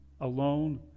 alone